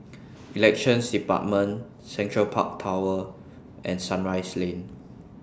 Elections department Central Park Tower and Sunrise Lane